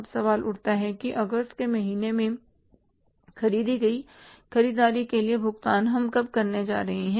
अब सवाल उठता है कि अगस्त के महीने में खरीदी गई खरीदारी के लिए भुगतान हम कब करने जा रहे हैं